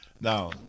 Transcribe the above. Now